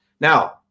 Now